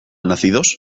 nacidos